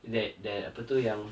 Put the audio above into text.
that that apa tu yang